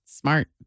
Smart